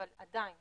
אבל עדיין